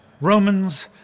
Romans